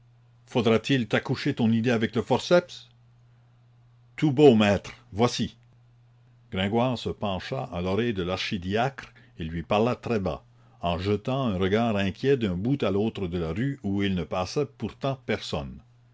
faudra-t-il t'accoucher ton idée avec le forceps tout beau maître voici gringoire se pencha à l'oreille de l'archidiacre et lui parla très bas en jetant un regard inquiet d'un bout à l'autre de la rue où il ne passait pourtant personne